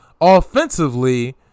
Offensively